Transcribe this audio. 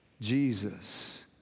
Jesus